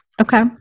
Okay